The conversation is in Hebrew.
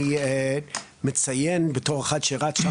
אני מציין בתור אחד שרץ,